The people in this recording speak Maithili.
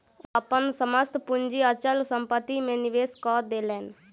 ओ अपन समस्त पूंजी अचल संपत्ति में निवेश कय देलैन